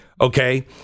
Okay